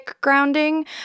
grounding